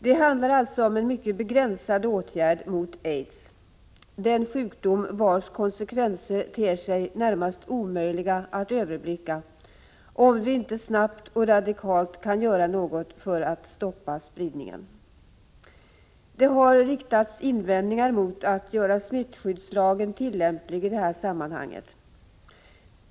Det handlar alltså om en mycket begränsad åtgärd mot aids, den sjukdom vars konsekvenser ter sig närmast omöjliga att överblicka, om vi inte snabbt och radikalt kan göra något för att stoppa spridningen. Det har riktats invändningar mot att smittskyddslagen görs tillämplig i det här sammanhanget.